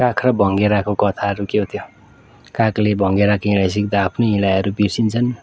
काग र भँगेराको कथाहरू के हो त्यो कागले भँगेरोको हिँडाइ सिक्दा आफ्नै हिँडाइहरू बिर्सिन्छन्